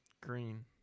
green